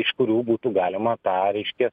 iš kurių būtų galima tą reiškias